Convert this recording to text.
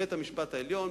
בית-המשפט העליון,